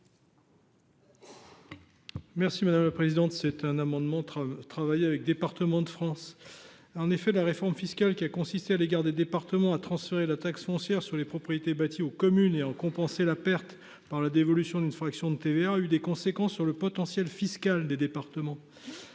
M. Arnaud Bazin. Cet amendement a été travaillé avec Départements de France. La réforme fiscale qui a consisté, à l’égard des départements, à transférer la taxe foncière sur les propriétés bâties aux communes et à en compenser la perte par la dévolution d’une fraction de TVA a eu des conséquences sur le potentiel fiscal des départements.